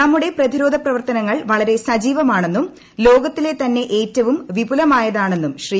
നമ്മുടെ പ്രതിരോധ പ്രവർത്തനങ്ങൾ പ്രിട്ടീരെ സജീവമാണെന്നും ലോകത്തിലെ തന്നെ ഏറ്റവും വിപുലീമായ്താണെന്നും ശ്രീ